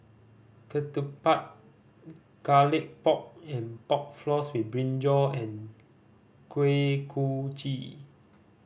ketupat Garlic Pork and Pork Floss with brinjal and Kuih Kochi